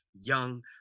young